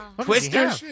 Twister